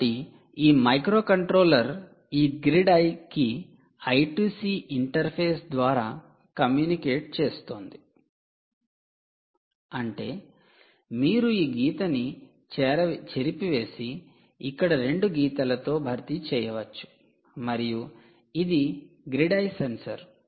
కాబట్టి ఈ మైక్రోకంట్రోలర్ ఈ గ్రిడ్ ఐకి I2C ఇంటర్ఫేస్ ద్వారా కమ్యూనికేట్ చేస్తోంది అంటే మీరు ఈ గీత ని చెరిపివేసి ఇక్కడ 2 గీతాలతో భర్తీ చేయవచ్చు మరియు ఇది గ్రిడ్ EYE సెన్సార్